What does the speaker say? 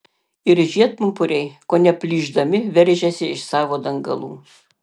ir žiedpumpuriai kone plyšdami veržėsi iš savo dangalų